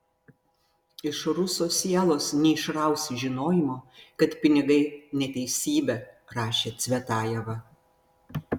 iš ruso sielos neišrausi žinojimo kad pinigai neteisybė rašė cvetajeva